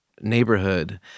neighborhood